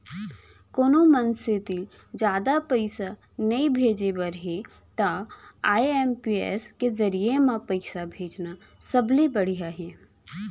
कोनो मनसे तीर जादा पइसा नइ भेजे बर हे तव आई.एम.पी.एस के जरिये म पइसा भेजना सबले बड़िहा हे